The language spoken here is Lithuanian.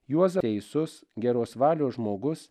juozą teisus geros valios žmogus